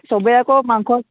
চবে আকৌ মাংস